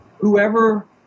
Whoever